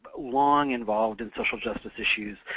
long involved in social justice issues.